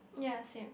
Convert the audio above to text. ya same